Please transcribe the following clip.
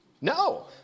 No